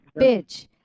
bitch